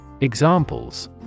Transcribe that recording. Examples